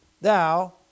thou